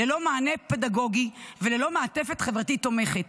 ללא מענה פדגוגי וללא מעטפת חברתית תומכת,